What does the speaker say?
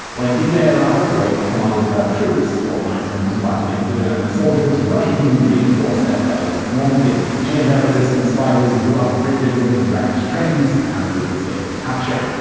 when d-day d-day arrived, wake commanded her troops, organizing them to fight against the german soldiers rushing to reinforce their fellows at normandy. she and the resistance fighters blew up bridges and wrecked trains, narrowly escaping capture.